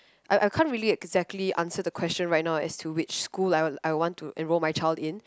I I can't really exactly answer the question right now as to which school I I want to enroll my child in